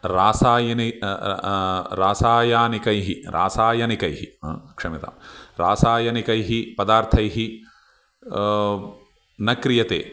रासायनिकं रासायनिकैः रासायनिकैः क्षम्यतां रासायनिकैः पदार्थैः न क्रियते